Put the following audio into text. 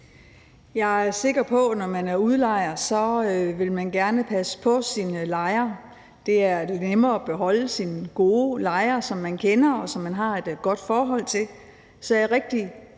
Jeg er sikker på, at når man er udlejer, vil man gerne passe på sine lejere. Det er nemmere at beholde sine gode lejere, som man kender, og som man har et godt forhold til. Så er jeg rigtig